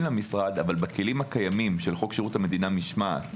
למשרד אבל בכלים הקיימים של חוק שירות המדינה משמעת.